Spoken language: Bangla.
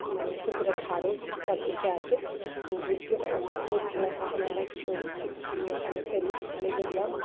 মানে পুকুরের ধারে চুপচাপ ভেসে আছে ডুবছে না বা কিছু করছে না তখন আমরা কী করি ছিপটা নিয়ে ওখানে ফেলি ফেলে দেখলাম